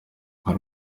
reka